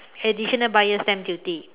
additional buyer's stamp duty